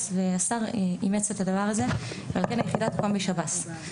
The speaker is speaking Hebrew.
והשר אימץ את הדבר הזה ועל כן היחידה תוקם בשירות בתי הסוהר.